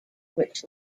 which